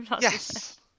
Yes